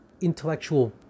intellectual